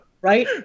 right